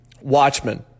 Watchmen